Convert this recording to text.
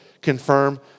confirm